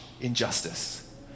injustice